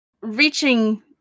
Reaching